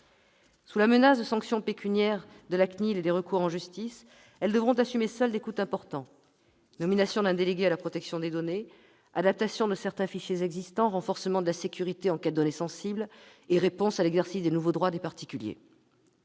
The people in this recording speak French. Sous la menace de sanctions pécuniaires de la CNIL et de recours en justice, elles devront assumer seules des coûts importants : nomination d'un délégué à la protection des données, adaptation de certains fichiers existants, renforcement de la sécurité en cas de données sensibles, réponse à l'exercice des nouveaux droits des particuliers